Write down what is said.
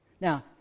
Now